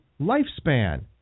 lifespan